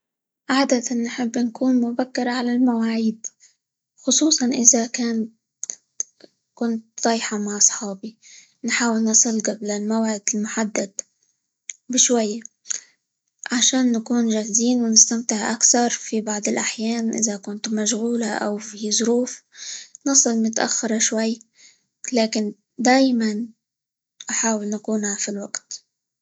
عادةً نحب نكون مبكرة على المواعيد، خصوصًا إذا -كان- كنت طايحة مع أصحابي، نحاول نصل قبل الموعد المحدد بشوية؛ عشان نكون جاهزين، ونستمتع أكثر، في بعض الأحيان إذا كنت مشغولة، أو فيه ظروف نصل متأخرة شوي، لكن دايمًا أحاول نكون -ع- في الوقت.